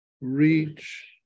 reach